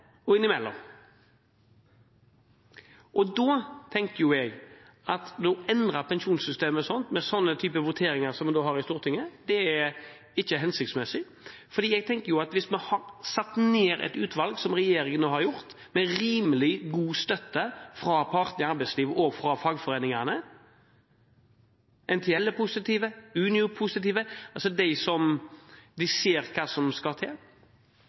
og innimellom. Da tenker jeg at å endre pensjonssystemet med sånne typer voteringer som vi har i Stortinget, ikke er hensiktsmessig. Hvis vi har satt ned et utvalg, som regjeringen nå har gjort, med rimelig god støtte fra partene i arbeidslivet og fra fagforeningene – NTL er positive, Unio er positive – altså de som ser hva som skal til,